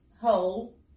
hole